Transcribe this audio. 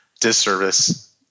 disservice